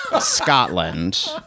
Scotland